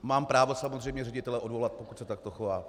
Mám právo, samozřejmě, ředitele odvolat, pokud se takto chová.